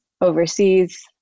overseas